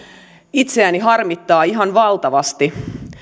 itseäni harmittaa ihan valtavasti